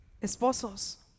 Esposos